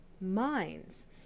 minds